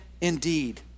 indeed